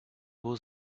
gros